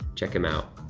check him out.